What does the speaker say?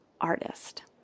artist